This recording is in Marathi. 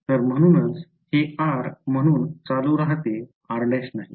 तर म्हणूनच हे r म्हणून चालू राहते r' नाही